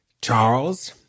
Charles